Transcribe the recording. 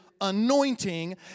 anointing